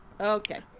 Okay